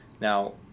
Now